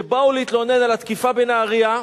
כשבאו להתלונן על התקיפה בנהרייה,